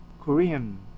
Korean